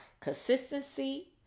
Consistency